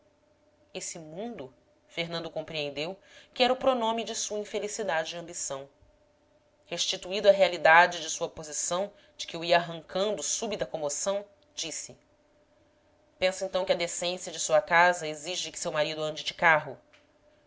esse mundo fernando compreendeu que era o pronome de sua infelicidade e ambição restituído à realidade de sua posição de que o ia arrancando súbita comoção disse pensa então que a decência de sua casa exige que seu marido ande de carro